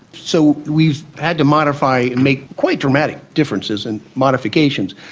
so we've had to modify and make quite dramatic differences and modifications.